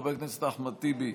חבר הכנסת אחמד טיבי,